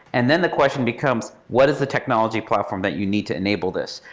and then, the question becomes, what is the technology platform that you need to enable this?